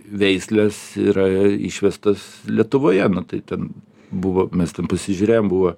veislės yra išvestos lietuvoje tai ten buvo mes ten pasižiūrėjom buvo